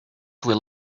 will